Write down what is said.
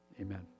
Amen